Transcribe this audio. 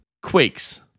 Quakes